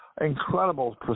incredible